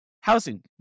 housing